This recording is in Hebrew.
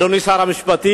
אדוני שר המשפטים,